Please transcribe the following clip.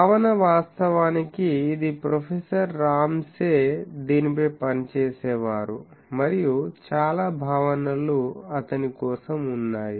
భావన వాస్తవానికి ఇది ప్రొఫెసర్ రామ్సే దీనిపై పనిచేసేవారు మరియు చాలా భావనలు అతని కోసం ఉన్నాయి